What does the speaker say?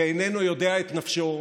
ואיננו יודע את נפשו,